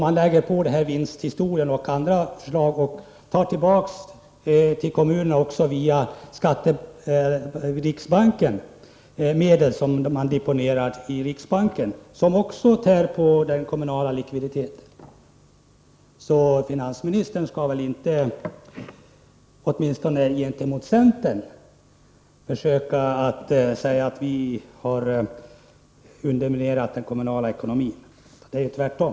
Med sitt förslag om vinstdelning och andra förslag, såsom indragning av likvid från kommunerna vilken sedan deponeras i riksbanken, tar staten tillbaka och tär på den kommunala likviditeten. Finansministern har därför ingen anledning att påstå att centern har bidragit till att underminera den kommunala ekonomin. Det förhåller sig precis tvärtom.